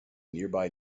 nearby